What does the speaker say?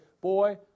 Boy